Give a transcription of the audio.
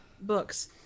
books